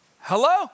Hello